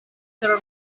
ter